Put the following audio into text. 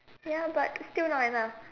ya but still not enough